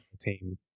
team